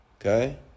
Okay